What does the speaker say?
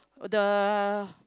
uh the